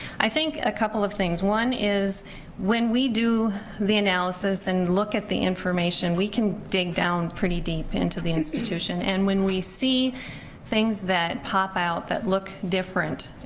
i think a couple of things. one is when we do the analysis and look at the information, we can dig down pretty deep into the institution and when we see things that pop out that look different,